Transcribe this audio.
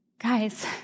Guys